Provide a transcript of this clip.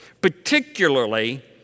particularly